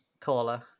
Taller